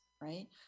right